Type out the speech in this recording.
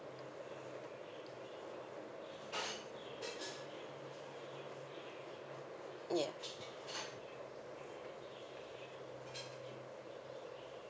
ya